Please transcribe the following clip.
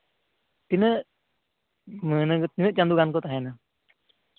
ᱛᱤᱱᱟᱹᱜ ᱚᱱᱮ ᱡᱮ ᱢᱤᱫ ᱪᱟᱸᱫᱚ ᱜᱟᱱ ᱠᱚ ᱛᱟᱦᱮᱱᱟ